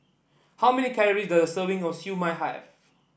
how many calories does a serving of Siew Mai have